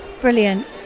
Brilliant